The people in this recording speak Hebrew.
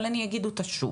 אבל אני אגיד אותה שוב,